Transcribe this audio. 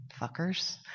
fuckers